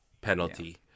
penalty